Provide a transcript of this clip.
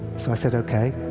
so i said okay.